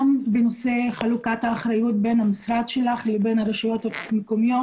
גם בנושא חלוקת האחריות בין המשרד שלך לבין הרשויות המקומיות